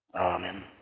Amen